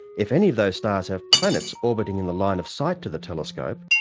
if any of those stars have planets orbiting in the line of sight to the telescope,